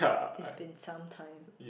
it's been some time